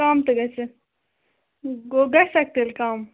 کَم تہِ گژھِ گوٚو گژھٮ۪ک تیٚلہِ کَم